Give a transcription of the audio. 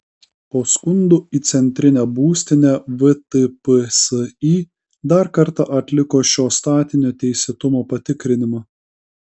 po skundų į centrinę būstinę vtpsi dar kartą atliko šio statinio teisėtumo patikrinimą